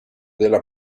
della